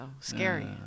scary